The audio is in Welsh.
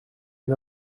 hyn